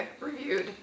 reviewed